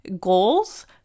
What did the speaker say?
goals